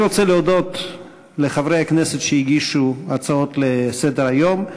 אני רוצה להודות לחברי הכנסת שהגישו הצעות לסדר-היום,